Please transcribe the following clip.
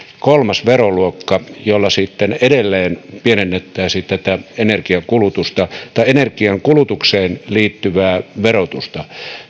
kolmas veroluokka jolla sitten edelleen pienennettäisiin tätä energian kulutusta tai energian kulutukseen liittyvää verotusta